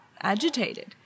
agitated